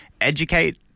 educate